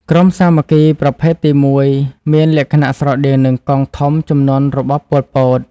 ក្រុមសាមគ្គីប្រភេទទី១ មានលក្ខណៈស្រដៀងនឹងកងធំជំនាន់របបប៉ុលពត។